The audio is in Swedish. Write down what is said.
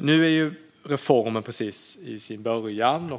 Nu är reformen precis i sin början.